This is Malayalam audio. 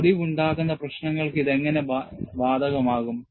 ഒടിവുണ്ടാക്കുന്ന പ്രശ്നങ്ങൾക്ക് ഇത് എങ്ങനെ ബാധകമാകും